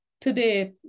today